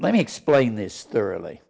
let me explain this thoroughly